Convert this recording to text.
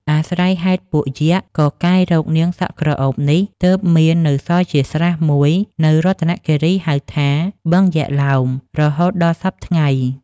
អាស្រ័យហេតុពួកយក្ខ កកាយរកនាងសក់ក្រអូបនេះ ទើបមាននៅសល់ជាស្រះមួយនៅរតនគិរី ហៅថា "បឹងយក្សឡោម" រហូតដល់សព្វថ្ងៃ ។